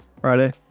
Friday